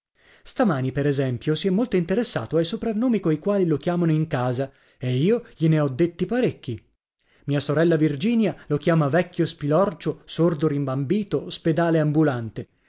stamani per esempio si è molto interessato ai soprannomi coi quali lo chiamano in casa e io glie ne ho detti parecchi mia sorella virginia lo chiama vecchio spilorcio sordo rimbambito spedale ambulante